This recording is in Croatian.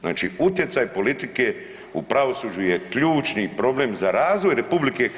Znači utjecaj politike u pravosuđu je ključni problem za razvoj RH.